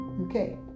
okay